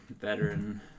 veteran